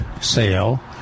sale